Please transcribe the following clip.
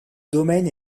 domaine